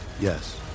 Yes